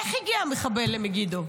איך הגיע המחבל למגידו?